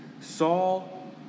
Saul